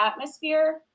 atmosphere